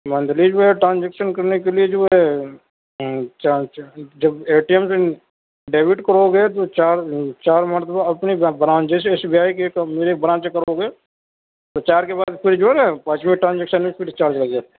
monthly جو ہے transaction کرنے کے لیے جو ہے جب اے ٹی ایم سے ڈیبٹ کرو گے تو چار چار مرتبہ اپنی برانچ جیسے ایس بی آئی کے اپنے برانچ سے کرو گے تو چار کے بعد پھر جو ہے نا پانچویں ٹرانجکشن میں پھر چارج لگے گا